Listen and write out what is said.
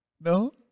no